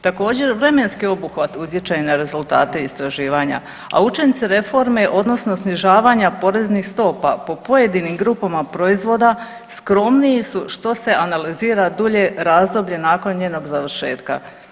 Također vremenski obuhvat utječe na rezultate istraživanja, a učinci reforme, odnosno snižavanja poreznih stopa po pojedinim grupama proizvoda skromniji su što se analizira dulje razdoblje nakon njenog završetka.